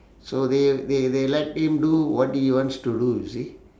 so they they they let him do what he wants to do you see